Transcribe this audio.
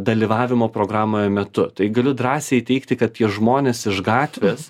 dalyvavimo programoje metu tai galiu drąsiai teigti kad tie žmonės iš gatvės